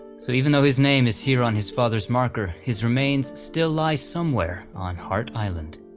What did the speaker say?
so even though his name is here on his father's marker his remains still lies somewhere on hart island.